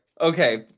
Okay